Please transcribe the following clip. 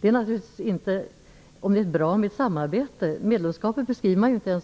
Man beskriver ju inte ens vad